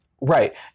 Right